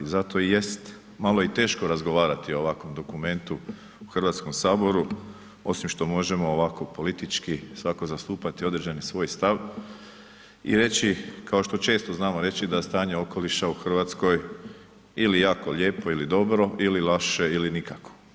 Zato i jest malo i teško razgovarati o ovakvom dokumentu u HS-u, osim što možemo ovako politički svako zastupati određeni svoj stav i reći, kao što često znamo reći da stanje okoliša u Hrvatskoj ili je jako lijepo ili dobro ili loše ili nikako.